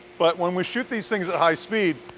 but when we shoot these things at high speed,